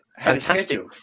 Fantastic